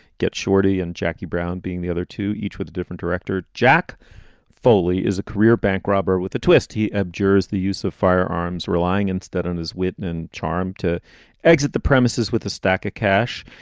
get shorty and jackie brown being the other two, each with a different director. jack foley is a career bank robber with a twist. he ebr jurors the use of firearms, relying instead on his wit and and charm to exit the premises with a stack of cash.